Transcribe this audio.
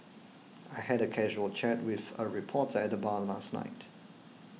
I had a casual chat with a reporter at the bar last night